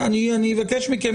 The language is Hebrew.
אני אבקש מכם התייחסות.